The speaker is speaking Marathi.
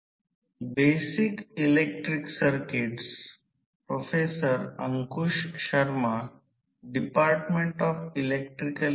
अशा प्रकारे आपण मागे पडणाऱ्या पॉवर फॅक्टर ने भारित केले त्याच प्रकारे आपण हे अग्रणी पॉवर फॅक्टर करू